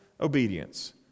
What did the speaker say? obedience